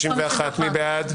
מי בעד?